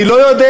אני לא יודע.